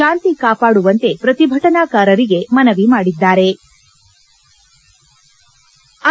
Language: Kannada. ಶಾಂತಿ ಕಾಪಾಡುವಂತೆ ಪ್ರತಿಭಟನಾಕಾರರಿಗೆ ಮನವಿ ಮಾಡಿದ್ಗಾರೆ